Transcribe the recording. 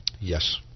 Yes